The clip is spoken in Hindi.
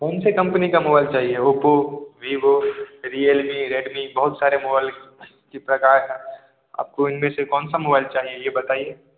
कौन सी कम्पनी का मोबाइल चाहिए ओप्प वीवो रियलमी रेडमी बहुत सारे मोबाइल के प्रकार आप को इनमें से कौन सा मोबाइल चाहिए ये बताईये